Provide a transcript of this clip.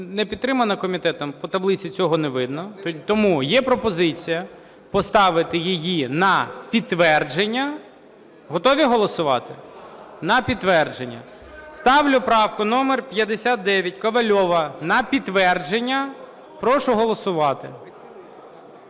не підтримана комітетом, по таблиці цього не видно. Тому є пропозиція поставити її на підтвердження. Готові голосувати? На підтвердження. Ставлю правку номер 59 Ковальова на підтвердження. Прошу голосувати.